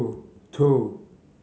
two two